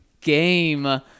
game